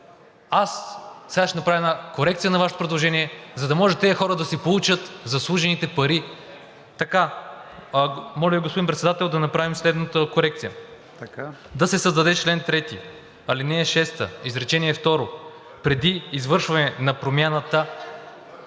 аз сега ще направя една корекция на Вашето предложение, за да може тези хора да си получат заслужените пари. Моля Ви, господин Председател, да направим следната корекция. Да се създаде чл. 3, ал. 6, изречение второ: „Преди извършване на промяната